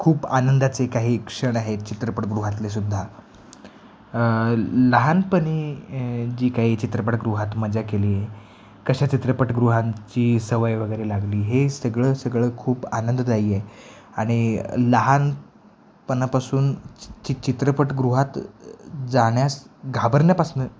खूप आनंदाचे काही क्षण आहेत चित्रपटगृहातलेसुद्धा लहानपणी जी काही चित्रपटगृहात मजा केली आहे कशा चित्रपटगृहांची सवय वगैरे लागली हे सगळं सगळं खूप आनंददायी आहे आणि लहानपणापासून चि चित चित्रपटगृहात जाण्यास घाबरण्यापासनं